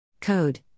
Code